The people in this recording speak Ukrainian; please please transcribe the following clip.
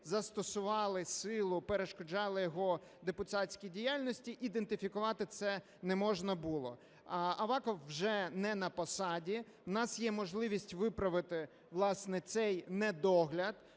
застосували силу, перешкоджали його депутатській діяльності, ідентифікувати це не можна було. Аваков вже не на посаді, у нас є можливість виправити, власне, цей недогляд,